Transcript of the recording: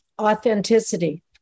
authenticity